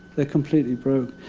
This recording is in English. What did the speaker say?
they're completely broke.